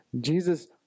Jesus